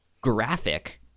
graphic